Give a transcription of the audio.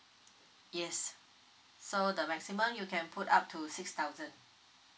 yes so the maximum you can put up to six thousand